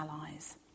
allies